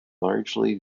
largely